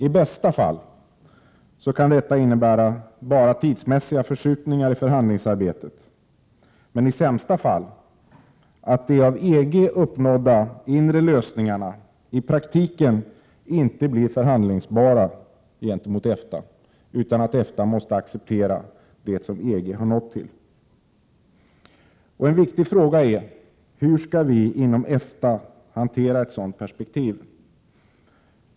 I bästa fall kan detta innebära endast tidsmässiga förskjutningar i förhandlingsarbetet men i sämsta fall att de av EG uppnådda inre lösningarna i praktiken inte blir förhandlingsbara gentemot EFTA utan att EFTA måste acceptera det som EG har nått fram till. En viktig fråga är: Hur skall vi inom EFTA hantera ett sådant perspektiv?